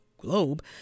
globe